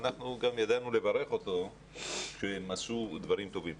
אנחנו גם ידענו לברך אותו כשהם עשו דברים טובים.